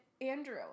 Andrew